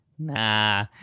Nah